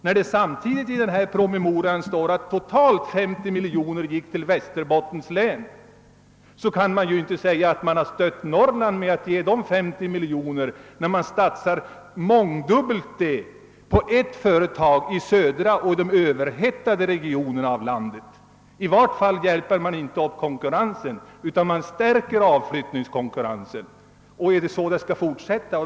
När det i svaret framhålles att totalt 50 miljoner kronor av investeringsfondsmedel gått till Västerbottens län kan det ju inte sägas att man speciellt stött Norrland, eftersom det satsats ett mångdubbelt större belopp på ett enda företag i de södra, överhettade regionerna av landet. I vart fall stärker man inte härigenom det norrländska näringslivets konkurrensförmåga utan gör i stället avflyttningstendenserna ännu starkare. Är det så man skall fortsätta?